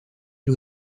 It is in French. île